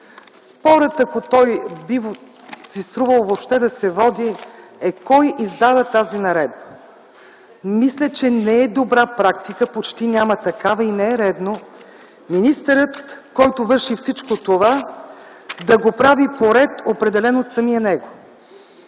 Спорът, ако той, би си струвал въобще да се води, е кой издава тази наредба. Мисля, че не е добра практика, почти няма такава и не е редно министърът, който върши всичко това, да го прави по ред, определен от самия него.